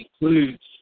includes